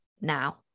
now